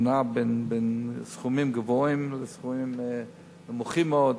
זה נע בין סכומים גבוהים לסכומים נמוכים מאוד.